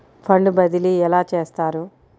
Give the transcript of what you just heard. Fund బదిలీ ఎలా చేస్తారు?